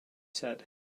said